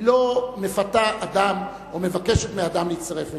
היא לא מפתה אדם או מבקשת מאדם להצטרף אליה.